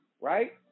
right